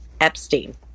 Epstein